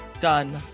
Done